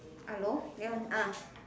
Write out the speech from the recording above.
hello ya ah